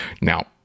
Now